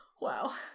Wow